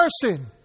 person